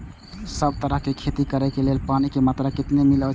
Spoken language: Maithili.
सब तरहक के खेती करे के लेल पानी के मात्रा कितना मिली अछि?